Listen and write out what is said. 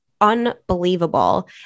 unbelievable